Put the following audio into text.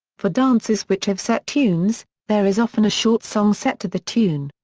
for dances which have set tunes, there is often a short song set to the tune.